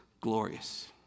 glorious